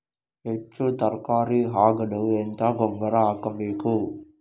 ಹೆಚ್ಚು ತರಕಾರಿ ಆಗಲು ಎಂತ ಗೊಬ್ಬರ ಹಾಕಬೇಕು?